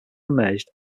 emerged